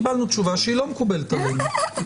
קיבלנו תשובה שהיא לא מקובלת עלינו.